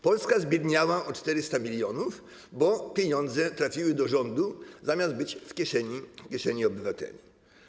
Polska zbiedniała o 400 mln, bo pieniądze trafiły do rządu, zamiast być w kieszeni obywateli.